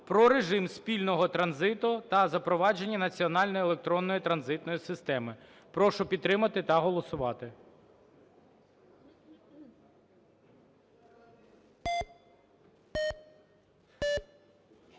про режим спільного транзиту та запровадження національної електронної транзитної системи. Прошу підтримати та голосувати.